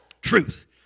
Truth